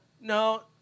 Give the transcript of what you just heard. No